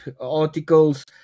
articles